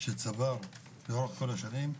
שצבר לאורך השנים,